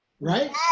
right